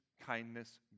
kindness